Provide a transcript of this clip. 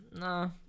no